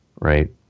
right